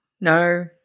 no